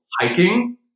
hiking